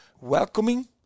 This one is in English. welcoming